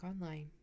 online